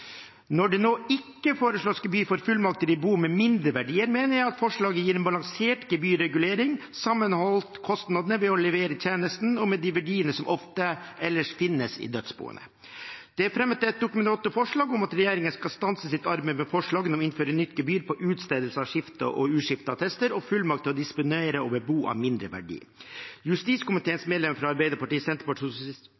Når det nå ikke foreslås gebyr for fullmakter i bo med mindre verdier, mener jeg at forslaget gir en balansert gebyrregulering sammenholdt med kostnadene ved å levere tjenesten og med de verdiene som ofte ellers finnes i dødsboene. Det er fremmet et Dokument 8-forslag om at regjeringen skal stanse sitt arbeid med forslaget om å innføre nytt gebyr på utstedelse av skifte- og uskifteattester og fullmakt til å disponere over bo av mindre verdi.